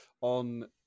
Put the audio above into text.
on